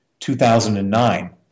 2009